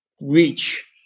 reach